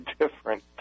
different